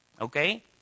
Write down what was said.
okay